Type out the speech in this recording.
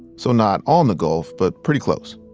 so not on the gulf, but pretty close